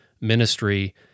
ministry